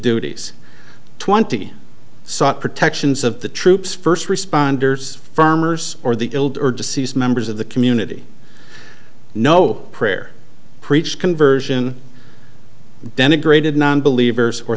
duties twenty such protections of the troops first responders farmers or the killed or deceased members of the community no prayer preach conversion denigrated nonbelievers or